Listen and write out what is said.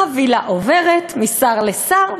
החבילה עוברת משר לשר,